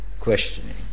questioning